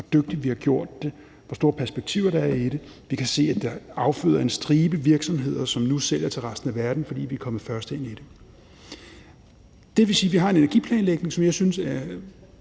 hvor dygtigt vi har gjort det, og hvor store perspektivet der er i det. Vi kan se, at det afføder en stribe virksomheder, som nu sælger til resten af verden, fordi vi er kommet først ind i det. Det vil sige, at vi har en energiplanlægning, som jeg synes er